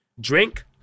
drink